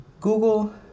Google